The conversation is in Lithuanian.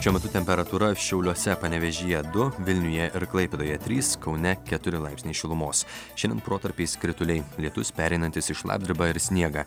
šiuo metu temperatūra šiauliuose panevėžyje du vilniuje ir klaipėdoje trys kaune keturi laipsniai šilumos šiandien protarpiais krituliai lietus pereinantis į šlapdribą ir sniegą